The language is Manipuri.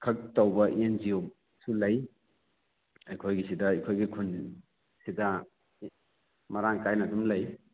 ꯈꯛ ꯇꯧꯕ ꯑꯦꯟ ꯖꯤ ꯑꯣꯁꯨ ꯂꯩ ꯑꯩꯈꯣꯏꯒꯤꯁꯤꯗ ꯑꯩꯈꯣꯏꯒꯤ ꯈꯨꯟꯁꯤꯗ ꯃꯔꯥꯡ ꯀꯥꯏꯅ ꯑꯗꯨꯝ ꯂꯩ